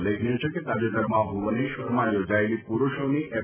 ઉલ્લેખનિય છે કે તાજેતરમાં ભુવનેશ્વરમાં યોજાયેલી પુરૂષોની એફ